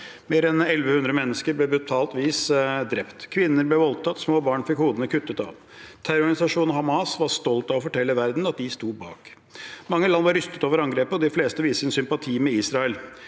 Mer enn 1 100 mennesker ble på brutalt vis drept. Kvinner ble voldtatt. Små barn fikk hodene kuttet av. Terrororganisasjonen Hamas var stolt av å fortelle verden at de sto bak. Mange land var rystet over angrepet, og de fleste viste sympati med Israel